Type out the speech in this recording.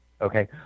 Okay